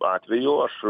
atveju aš